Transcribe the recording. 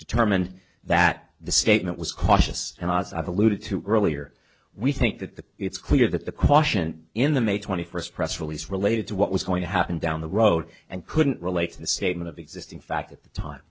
determined that the statement was cautious and as i've alluded to earlier we think that it's clear that the caution in the may twenty first press release related to what was going to happen down the road and couldn't relate to the statement of existing fact at the time